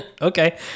Okay